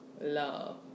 love